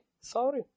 Sorry